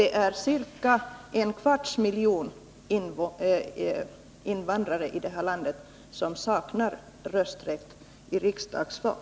Det är ca en kvarts miljon invandrare i det här landet som saknar rösträtt vid riksdagsval.